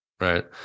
right